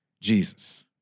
Jesus